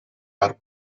her